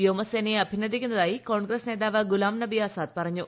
വ്യോമസേനയെ അഭിനന്ദിക്കുന്നതായി ്കോൺഗ്രസ് നേതാവ് ഗുലാംനബി ആസാദ് പറഞ്ഞു